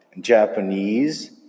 Japanese